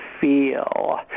feel